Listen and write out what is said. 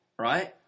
right